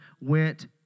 went